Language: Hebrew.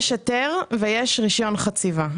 יש היתר ויש רישיון חציבה.